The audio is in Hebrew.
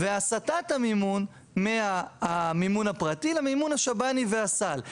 והסתת המימון מהמימון הפרטי למימון השבני והסל.